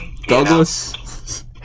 Douglas